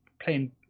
playing